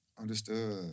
Understood